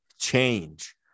change